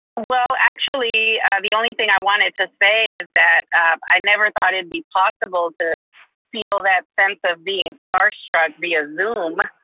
well, actually the only thing i wanted to say is that i never thought it'd be possible to feel that sense of being star struck via zoom,